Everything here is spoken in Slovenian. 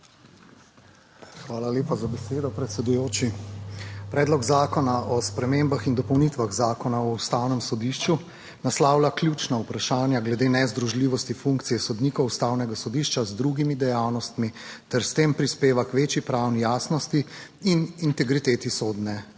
Hvala lepa za besedo, predsedujoči. Predlog zakona o spremembah in dopolnitvah Zakona o Ustavnem sodišču naslavlja ključna vprašanja glede nezdružljivosti funkcije sodnikov Ustavnega sodišča z drugimi dejavnostmi ter s tem prispeva k večji pravni jasnosti in integriteti sodnelasti